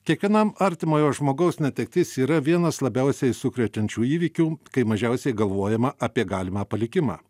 kiekvienam artimojo žmogaus netektis yra vienas labiausiai sukrečiančių įvykių kai mažiausiai galvojama apie galimą palikimą